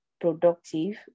productive